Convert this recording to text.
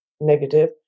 negative